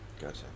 Gotcha